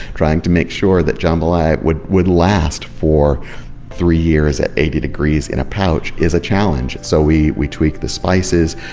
trying to make sure that jambalaya would would last for three years at eighty degrees in a pouch is a challenge. so we we tweak the spices,